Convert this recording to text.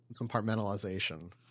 compartmentalization